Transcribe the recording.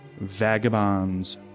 vagabonds